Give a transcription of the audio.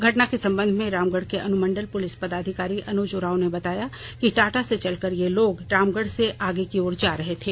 घटना के संबंध में रामगढ़ के अनुमंडल पुलिस पदाधिकारी अनुज उरांव ने बताया कि टाटा से चलकर ये लोग रामगढ़ से आगे की ओर जा रहे थे